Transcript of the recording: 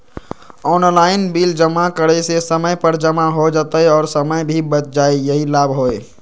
Online bill जमा करे से समय पर जमा हो जतई और समय भी बच जाहई यही लाभ होहई?